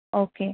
okay